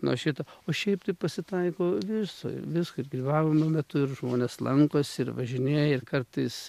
nuo šito o šiaip tai pasitaiko viso ir visko ir grybavimo metu ir žmonės lankosi ir važinėja ir kartais